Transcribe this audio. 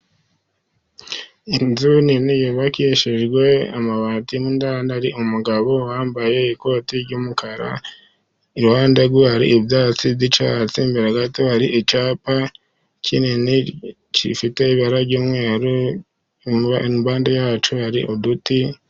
Inzu nini yubakishijwe amabati n'indangari . umugabo wambaye ikoti ry'umukara iruhande rwe hari ibyatsi by'icyatsi imbere gato hari icyapa kinini kifite ibara ry'umweru impande yacyo hari uduti.